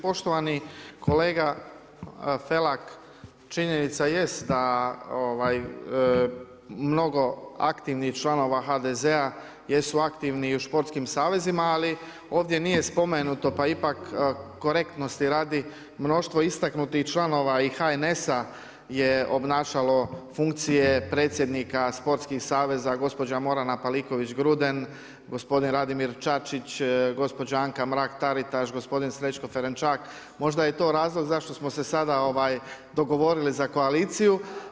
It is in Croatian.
Poštovani kolega Felak, činjenica jest da mnogo aktivnih članova HDZ-a jesu aktivni i u športskim savezima, ali ovdje nije spomenuto pa ipak korektnosti radi, mnoštvo istaknutih članova i HNS-a je obnašalo funkcije predsjednika sportskih saveza gospođa Morana Paliković Gruden, gospodin Radimir Čačić, gospođa Anka Mrak-Taritaš, gospodin Srećko Ferenčak, možda je to razlog zašto smo se sada dogovorili za koaliciju.